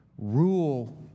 Rule